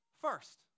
first